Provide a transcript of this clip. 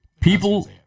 People